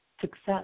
success